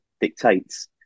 dictates